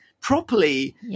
properly –